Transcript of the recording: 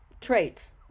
traits